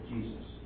Jesus